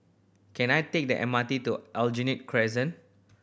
can I take the M R T to Aljunied Crescent